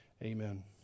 Amen